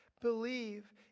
Believe